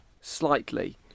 slightly